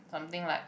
something like